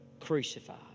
crucified